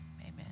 amen